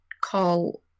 call